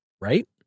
right